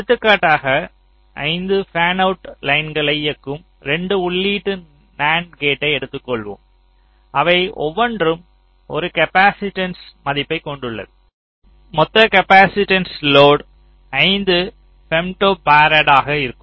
எடுத்துக்காட்டாக 5 பேன்அவுட் லைன்களை இயக்கும் 2 உள்ளீட்டு நண்ட் கேட்டை எடுத்துக்கொள்வோம் அவை ஒவ்வொன்றும் 1 காப்பாசிட்டன்ஸ் மதிப்பைக் கொண்டுள்ளன மொத்த காப்பாசிட்டன்ஸ் லோடு 5 ஃபெம்டோபராடாக இருக்கும்